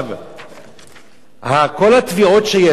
כל התביעות שיש,